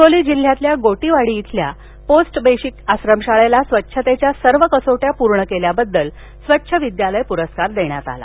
हिंगोली जिल्ह्यातील गोटीवाडी इथल्या post basic आश्रम शाळेला स्वच्छतेच्या सर्व कसोट्या पूर्ण केल्याबद्दल स्वच्छ विद्यालय पुरस्कार देण्यात आला